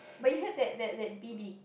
but you heard that that that B_B